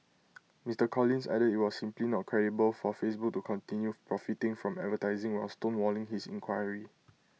Mr Collins added IT was simply not credible for Facebook to continue profiting from advertising while stonewalling his inquiry